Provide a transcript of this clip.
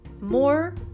more